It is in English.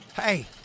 Hey